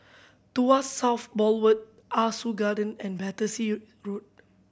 Tuas South Boulevard Ah Soo Garden and Battersea Road